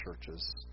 churches